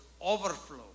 overflow